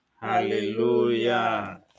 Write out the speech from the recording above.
Hallelujah